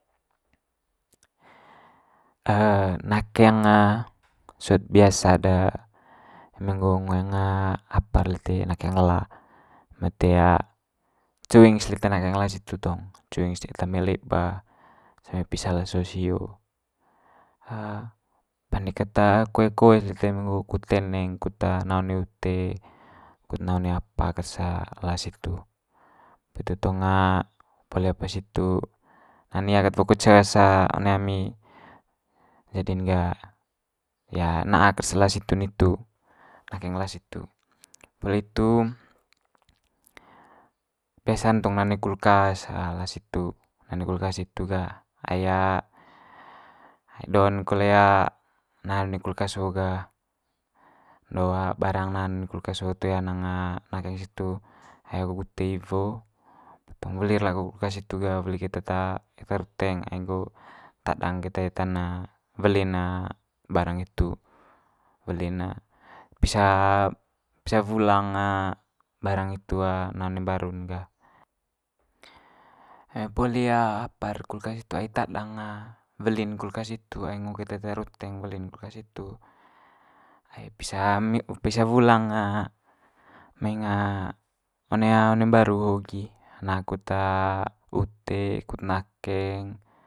nakeng sot biasa'd de eme nggo ngoeng apa lite nakeng ela eme toe cuing's lite nakeng ela hitu tong, cuing's lite eta mai leba sampe pisa leso sio pande kat koe koe lite eme nggo lite kut teneng kut na one ute kut na one apa kas ela situ. Poli hitu tong poli apa situ na nia kat woko ces one ami jadi'n gah ya na'a kas ela situ nitu, nakeng ela situ. Poli hitu biasa'n tong na one kulkas ela situ, na one kulkas hitu gah ai ao do'n kole na one kulkas ho gah do barang na'n one kulkas ho toe hanang nakeng situ hae agu ute iwo. ruha situ laku ga weli keta eta ruteng ai nggo tadang keta eta'n weli'n barang hitu weli'n ne pisa pisa wulang barang itu na one mbaru'n ga. Eme poli apa'r kulkas hitu ai tadang weli'n kulkas hitu ai ngo keta eta ruteng weli'n kulkas hitu ai pisa pisa wulang ming one one mbaru ho gi na kut ute, kut nakeng.